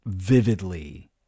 vividly